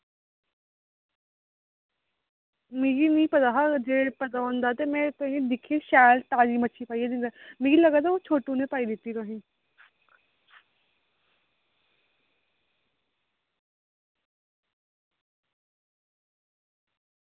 मिगी निं पता जे होंदा ते में दिक्खी शैल ताज़ा मट्ठी मिगी लगदा छोटु नै पाई दित्ती तुसेंगी